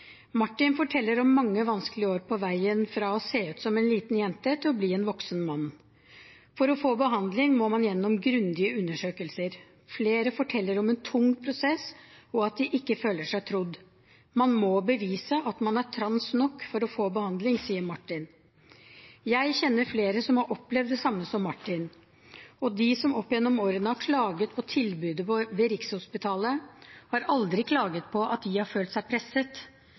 Martin forteller om mange vanskelige år på veien fra å se ut som en liten jente til å bli en voksen mann. For å få behandling må man gjennom grundige undersøkelser. Flere forteller om en tung prosess og at de ikke føler seg trodd. Man må bevise at man er trans nok for å få behandling, sier Martin. Jeg kjenner flere som har opplevd det samme som Martin, og de som opp gjennom årene har klaget på tilbudet ved Rikshospitalet, har aldri klaget på at de har følt seg presset,